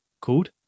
called